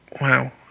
wow